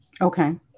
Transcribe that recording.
Okay